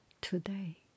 Today